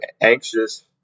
anxious